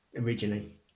originally